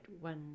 one